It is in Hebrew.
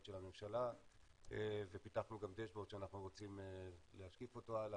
של הממשלה ופיתחנו גם דשבורד שאנחנו רוצים להשקיף אותו הלאה,